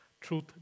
Truth